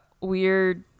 weird